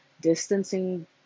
Distancing